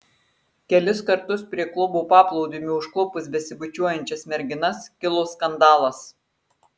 kelis kartus prie klubo paplūdimio užklupus besibučiuojančias merginas kilo skandalas